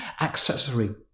accessory